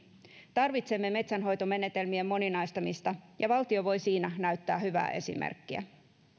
tarvitsemme metsänhoitomenetelmien moninaistamista ja valtio voi siinä näyttää hyvää esimerkkiä